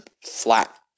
flat